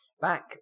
Back